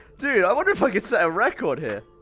dude, i wonder if i could set a record here!